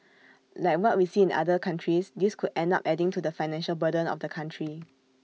like what we see in other countries this could end up adding to the financial burden of the country